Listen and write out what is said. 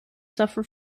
suffer